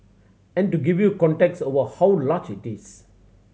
and to give you context over how large it is